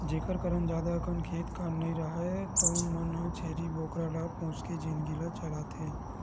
जेखर करन जादा अकन खेत खार नइ राहय तउनो मन छेरी बोकरा ल पोसके जिनगी ल चलाथे